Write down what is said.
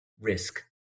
risk